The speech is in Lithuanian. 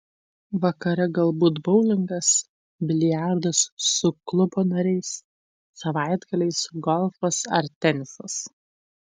vakare galbūt boulingas biliardas su klubo nariais savaitgaliais golfas ar tenisas